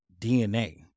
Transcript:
DNA